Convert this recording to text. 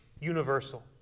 universal